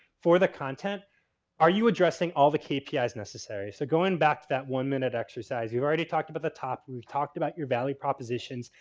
for the content are you addressing all the kpis yeah necessary? so, going back to that one minute exercise. you've already talked about the top, we've talked about your value propositions,